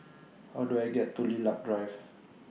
How Do I get to Lilac Drive